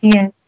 Yes